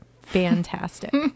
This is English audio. Fantastic